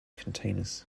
containers